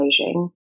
Beijing